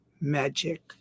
magic